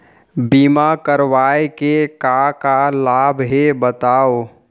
बीमा करवाय के का का लाभ हे बतावव?